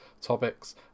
topics